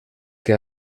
que